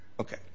Okay